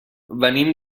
venim